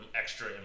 extra